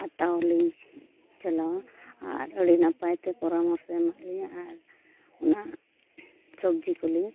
ᱦᱟᱛᱟᱣ ᱞᱤᱧ ᱪᱟᱞᱟᱣᱟ ᱟᱨ ᱟᱹᱰᱤ ᱱᱟᱯᱟᱭ ᱛᱮ ᱯᱚᱨᱟᱢᱚᱥᱚ ᱮᱢᱚᱜ ᱞᱤᱧᱟ ᱟᱨ ᱚᱱᱟ ᱥᱚᱵᱽᱡᱤ ᱠᱚᱞᱤᱧ